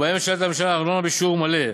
ובהן משלמת הממשלה ארנונה בשיעור מלא.